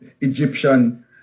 Egyptian